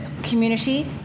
community